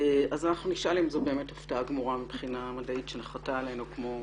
אנחנו נשאל אם זו באמת הפתעה גמורה מבחינה מדעית שנחתה עלינו כמו